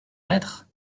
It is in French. maître